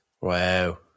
Wow